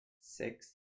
six